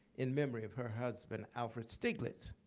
in memory of her husband, alfred stieglitz.